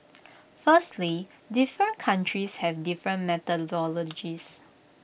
firstly different countries have different methodologies